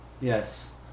Yes